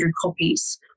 copies